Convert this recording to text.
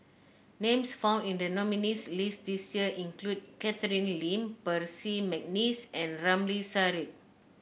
names found in the nominees' list this year include Catherine Lim Percy McNeice and Ramli Sarip